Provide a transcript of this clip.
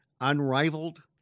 unrivaled